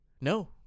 No